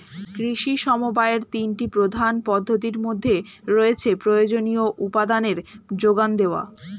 কৃষি সমবায়ের তিনটি প্রধান পদ্ধতির মধ্যে রয়েছে প্রয়োজনীয় উপাদানের জোগান দেওয়া